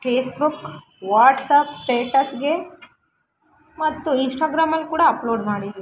Facebook WhatsApp ಸ್ಟೇಟಸ್ಗೆ ಮತ್ತು ಇನ್ಸ್ಟಾಗ್ರಾಮಲ್ಲಿ ಕೂಡ ಅಪ್ಲೋಡ್ ಮಾಡಿದ್ದೀನಿ